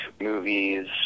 movies